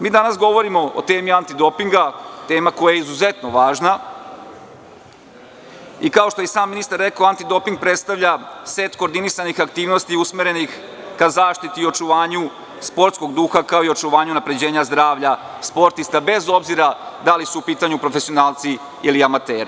Mi danas govorimo o temi antidopinga, tema koja je izuzetno važna i kao što je sam ministar rekao, antidoping predstavlja set koordinisanih aktivnosti usmerenih ka zaštiti i očuvanju sportskog duha kao i očuvanju unapređenja zdravlja sportista bez obzira da li su u pitanju profesionalci ili amateri.